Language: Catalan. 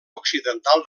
occidental